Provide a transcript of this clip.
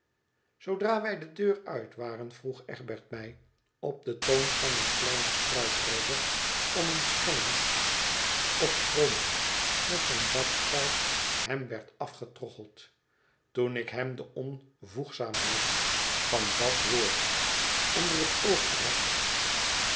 zoodra wij de deur uit waren vroeg egbert mij op den toon van een kleinen struikroover om een schelling op grond dat zijn zakgeld hem werd afgetroggeld toen ik hem de onvoegzaamheid van dat woord onder het oog bracht